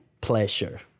pleasure